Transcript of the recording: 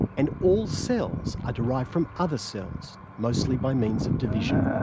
and all cells are derived from other cells, mostly by means of division.